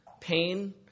pain